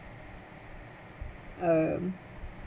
um